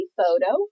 photo